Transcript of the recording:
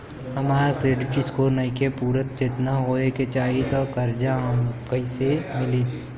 हमार credit score नईखे पूरत जेतना होए के चाही त हमरा कर्जा कैसे मिली?